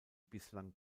bislang